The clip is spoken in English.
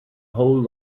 whole